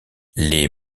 les